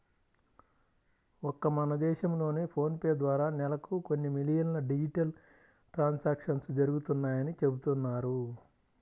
ఒక్క మన దేశంలోనే ఫోన్ పే ద్వారా నెలకు కొన్ని మిలియన్ల డిజిటల్ ట్రాన్సాక్షన్స్ జరుగుతున్నాయని చెబుతున్నారు